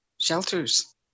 shelters